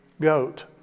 goat